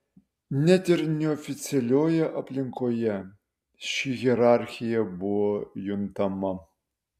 net ir neoficialioje aplinkoje ši hierarchija buvo juntama